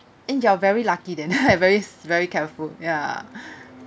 eh you're very lucky then very very careful ya